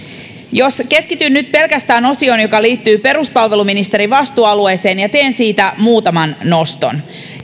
jos keskityn nyt pelkästään osioon joka liittyy peruspalveluministerin vastuualueeseen ja teen siitä muutaman noston